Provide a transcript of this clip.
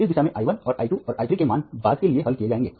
इस दिशा में i 1 और i 2 और i 3 के मान बाद के लिए हल किए जाएंगे